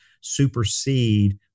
supersede